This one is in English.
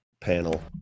panel